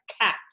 cat